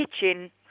kitchen